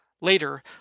Later